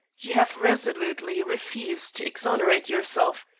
you have resolutely refused to exonerate yourself,